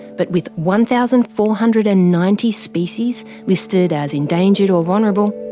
but with one thousand four hundred and ninety species listed as endangered or vulnerable,